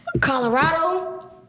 Colorado